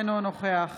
אינו נוכח